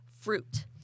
fruit